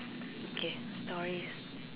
okay stories